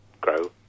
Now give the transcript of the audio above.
grow